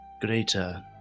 greater